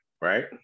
right